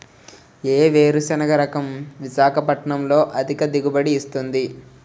ఏ వేరుసెనగ రకం విశాఖపట్నం లో అధిక దిగుబడి ఇస్తుంది?